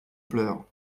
pleurs